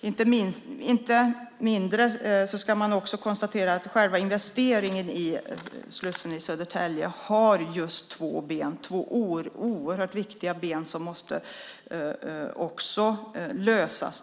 Inte desto mindre ska det också konstateras att själva investeringen i slussen i Södertälje har två oerhört viktiga ben. Också det måste lösas.